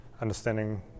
understanding